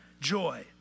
joy